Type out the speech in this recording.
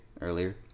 earlier